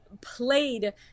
played